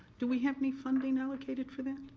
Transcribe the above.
do we have any funding allocated for that?